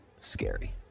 Scary